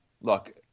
look